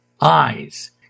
eyes